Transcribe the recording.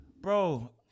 Bro